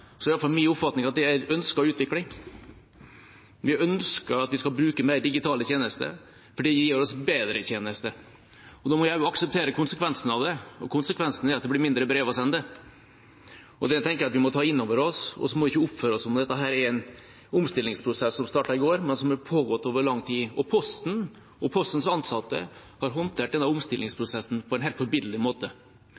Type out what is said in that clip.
oppfatning at det er en ønsket utvikling. Vi ønsker at vi skal bruke digitale tjenester mer, fordi det gir oss bedre tjenester. Da må vi også akseptere konsekvensen av det, og konsekvensen er at det blir færre brev å sende. Det tenker jeg at vi må ta inn over oss, og så må vi ikke oppføre oss som om dette er en omstillingsprosess som startet i går – den har pågått over lang tid. Posten og Postens ansatte har håndtert denne